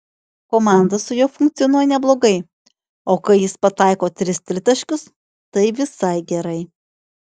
komanda su juo funkcionuoja neblogai o kai jis pataiko tris tritaškius tai visai gerai